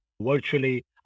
virtually